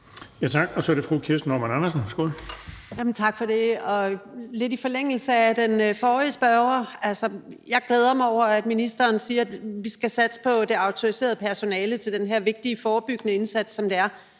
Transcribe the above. Tak for det. Lidt i forlængelse af den forrige spørger vil jeg sige, at jeg glæder mig over, at ministeren siger, at vi skal satse på det autoriserede personale til den her vigtige forebyggende indsats, som det er,